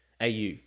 AU